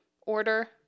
order